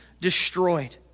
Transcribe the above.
destroyed